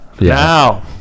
Now